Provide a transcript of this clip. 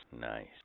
Nice